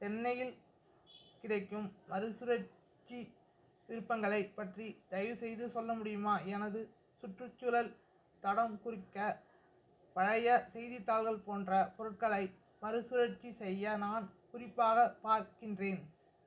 சென்னையில் கிடைக்கும் மறுசுழற்சி விருப்பங்களைப் பற்றி தயவுசெய்து சொல்ல முடியுமா எனது சுற்றுச்சூழல் தடம் குறிக்க பழைய செய்தித்தாள்கள் போன்ற பொருட்களை மறுசுழற்சி செய்ய நான் குறிப்பாக பார்க்கின்றேன்